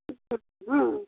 হুম